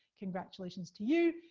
congratulations to you.